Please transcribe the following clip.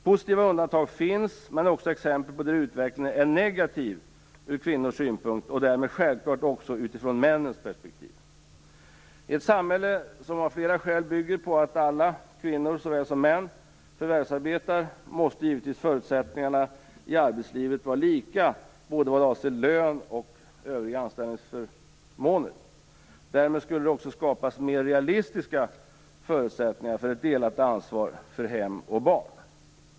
Positiva undantag finns, men också exempel på att utvecklingen är negativ från kvinnors synpunkt och därmed självklart också ur männens perspektiv. I ett samhälle som av flera skäl bygger på att alla kvinnor såväl som män förvärvsarbetar måste givetvis förutsättningarna i arbetslivet vara lika vad avser både lön och övriga anställningsförmåner. Därmed skulle det också skapas mer realistiska förutsättningar för ett delat ansvar för hem och barn.